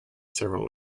several